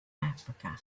africa